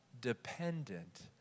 dependent